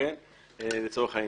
לצורך העניין.